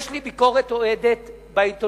יש לי ביקורת אוהדת בעיתונות,